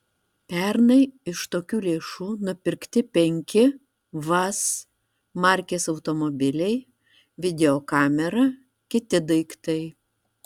pernai iš tokių lėšų nupirkti penki vaz markės automobiliai videokamera kiti daiktai